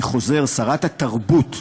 אני חוזר: שרת התרבות,